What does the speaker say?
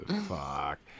Fuck